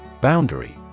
Boundary